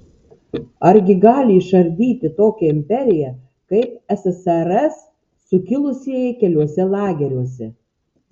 argi gali išardyti tokią imperiją kaip ssrs sukilusieji keliuose lageriuose